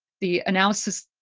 the analysis